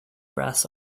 brass